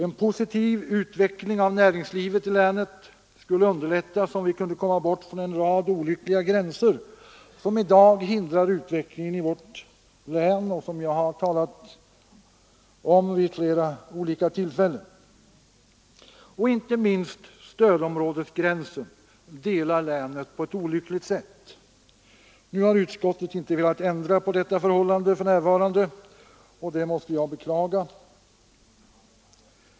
En positiv utveckling av näringslivet i länet skulle underlättas, om vi kunde komma bort från en rad olyckliga gränser som i dag hindrar utvecklingen i vårt län och som jag har talat om vid flera olika tillfällen. Inte minst stödområdesgränsen delar länet på ett olyckligt sätt. Nu har utskottet inte velat ändra på detta förhållande för närvarande och det måste jag beklaga.